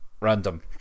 Random